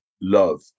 love